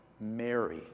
Mary